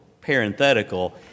parenthetical